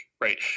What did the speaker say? right